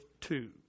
two